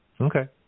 Okay